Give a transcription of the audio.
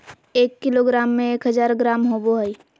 एक किलोग्राम में एक हजार ग्राम होबो हइ